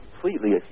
completely